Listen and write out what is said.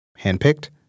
Handpicked